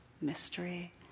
mystery